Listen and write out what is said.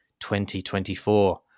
2024